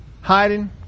hiding